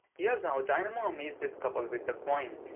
here's how dynamo amazed this couple with the coin.